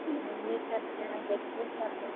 घूमबे करते हैं देखबे करते हैं